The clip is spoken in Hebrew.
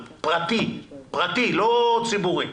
פרטי ולא ציבורי.